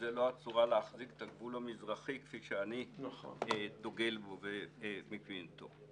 שזו לא הצורה להחזיק את הגבול המזרחי כפי שאני דוגל בו ומבין אותו.